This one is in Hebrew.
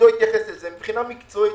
מבחינה מקצועית,